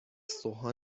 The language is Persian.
سوهان